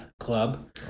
club